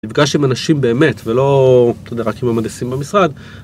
נפגש עם אנשים באמת ולא רק עם המהנדסים במשרד.